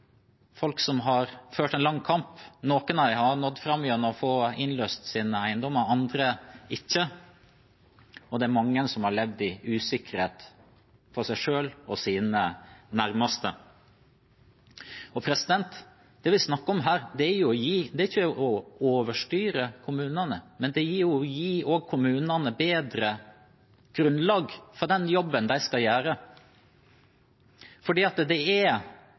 folk som har ført en lang kamp. Noen av dem har nådd fram og fått innløst sine eiendommer – andre ikke. Det er mange som har levd i usikkerhet for seg selv og sine nærmeste. Det vi snakker om her, er ikke å overstyre kommunene, men det er å gi kommunene bedre grunnlag for den jobben de skal gjøre. Det får store konsekvenser for en kommune hvis en har gjort feil valg. Det